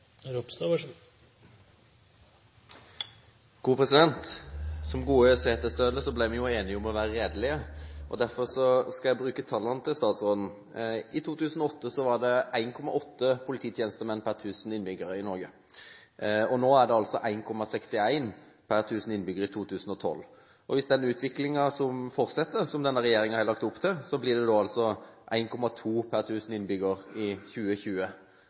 Som gode setesdøler ble vi enige om å være redelige. Derfor skal jeg bruke tallene til statsråden. I 2008 var det 1,8 polititjenestemenn per 1 000 innbyggere i Norge. Nå, i 2012, er det altså 1,61 per 1 000 innbyggere. Hvis den utviklingen som denne regjeringen har lagt opp til, fortsetter, blir det 1,2 per 1 000 innbyggere i 2020 – hvis den samme utviklingen altså fortsetter. Hvis vi skal være redelige, tenker jeg at når det gjelder det målet vi alle har vært enige om for 2020,